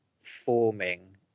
forming